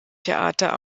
theater